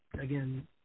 again